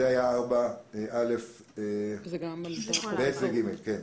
זה היה סעיף 4 (א), (ב) ו-(ג).